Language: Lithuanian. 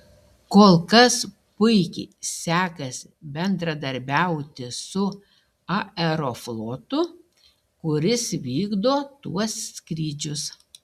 kol kas puikiai sekasi bendradarbiauti su aeroflotu kuris vykdo tuos skrydžius